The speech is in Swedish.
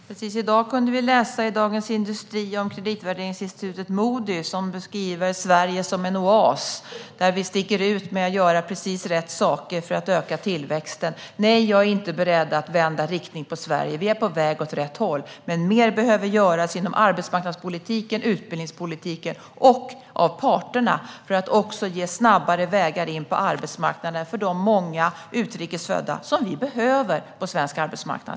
Herr talman! I dag kunde vi läsa i Dagens industri att kreditvärderingsinstitutet Moodys beskriver Sverige som en oas, där vi sticker ut med att göra precis rätt saker för att öka tillväxten. Nej, jag är inte beredd att vända riktning på Sverige. Vi är på väg åt rätt håll. Men mer behöver göras inom arbetsmarknadspolitiken och utbildningspolitiken och av parterna för att ge snabbare vägar in på arbetsmarknaden för de många utrikes födda som vi behöver på svensk arbetsmarknad.